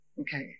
Okay